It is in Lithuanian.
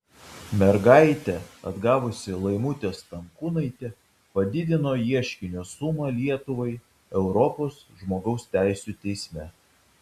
mergaitę atgavusi laimutė stankūnaitė padidino ieškinio sumą lietuvai europos žmogaus teisių teisme